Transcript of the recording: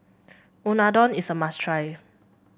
unadon is a must try